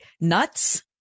Nuts